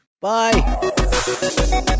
Bye